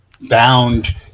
bound